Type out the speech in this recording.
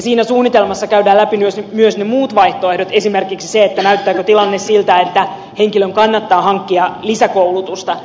siinä suunnitelmassa käydään läpi myös ne muut vaihtoehdot esimerkiksi se näyttääkö tilanne siltä että henkilön kannattaa hankkia lisäkoulutusta